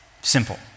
Simple